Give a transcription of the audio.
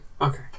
okay